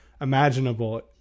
imaginable